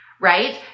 right